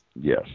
yes